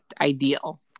Ideal